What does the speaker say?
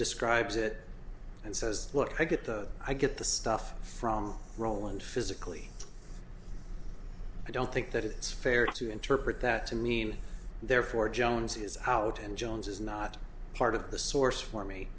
describes it and says what i get the i get the stuff from roland physically i don't think that it's fair to interpret that to mean therefore jones is out and jones is not part of the source for me